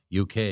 UK